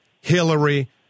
Hillary